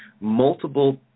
multiple